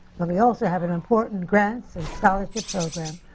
and we also have an important grants and scholarship program,